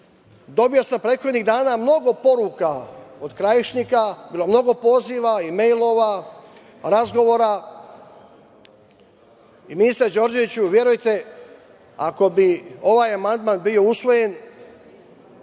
sam prethodnih dana mnogo poruka od Krajišnika, mnogo poziva i mejlova, razgovora. Ministre Đorđeviću, verujte ako bi ovaj amandman bio usvojen